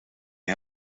hij